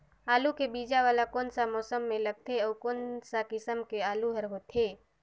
आलू के बीजा वाला कोन सा मौसम म लगथे अउ कोन सा किसम के आलू हर होथे?